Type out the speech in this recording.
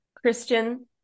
Christian